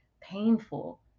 painful